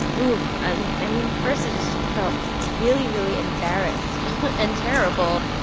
ooh. i mean, first, i just felt really, really embarrassed and terrible.